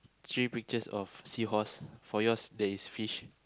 three pictures of seahorse for yours there is fish